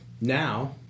Now